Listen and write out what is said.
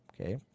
Okay